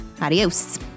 Adios